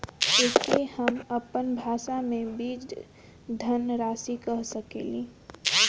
एके हम आपन भाषा मे बीज धनराशि कह सकीला